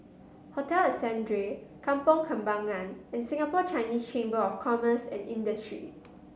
Hotel Ascendere Kampong Kembangan and Singapore Chinese Chamber of Commerce and Industry